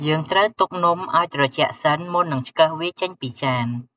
យើងត្រូវទុកនំឲ្យត្រជាក់សិន មុននឹងឆ្កឹះវាចេញពីចាន។